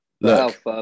look